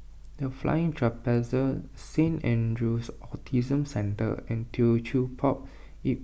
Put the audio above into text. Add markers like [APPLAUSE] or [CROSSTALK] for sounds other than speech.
[NOISE] the Flying Trapeze Saint andrew's Autism Centre and Teochew Poit Ip